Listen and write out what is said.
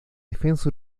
defensa